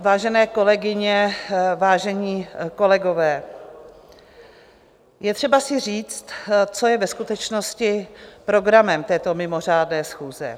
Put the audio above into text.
Vážené kolegyně, vážení kolegové, je třeba si říct, co je ve skutečnost programem této mimořádné schůze.